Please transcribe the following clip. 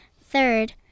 Third